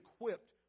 equipped